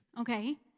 okay